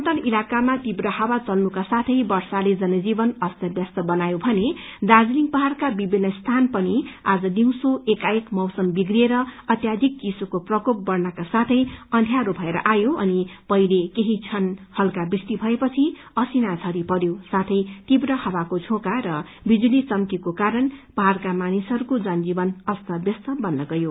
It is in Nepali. समतल इलाकामा तीव्र हावा चल्नुका साथै वर्षाले जनजीवन अस्त ब्यस्त बनायो भने दार्जीलिङ पहाड़का विभिन्न स्थानमा पनि आज दिउँसो एकाएक मौसम बिग्रिएर अत्याधिक चिसोको प्रकोप बढ़ाउनसाथै अध्याँरो भएर आयो अनि पहिले केही क्षण हल्का वृष्टि भएपछि असिना झरी परयो साथै तीव्र हावाको झोंका र बिजुली चम्केको कारण पहाड़का मानिसहरूको जनजीवन अस्तब्यस्त बन्न गयो